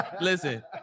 listen